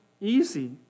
easy